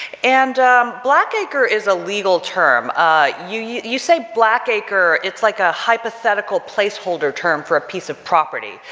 and black acre is a legal term ah you you you say black acre it's like a hypothetical placeholder term for a piece of property.